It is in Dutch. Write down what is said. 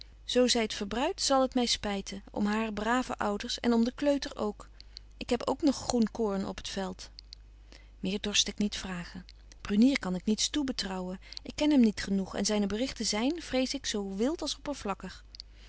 zo zy t verbruidt zal t my spyten om hare brave ouders en om de kleuter ook ik heb ook nog groen koorn op t veld meer dorst ik niet vragen brunier kan ik niets toebetrouwen ik ken hem niet genoeg en zyne berichten zyn vrees ik zo wilt als